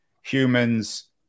humans